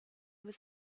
was